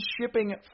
shipping